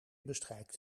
bestrijkt